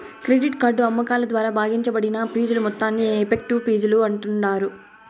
credit card అమ్మకాల ద్వారా భాగించబడిన ఫీజుల మొత్తాన్ని ఎఫెక్టివ్ ఫీజులు అంటాండారు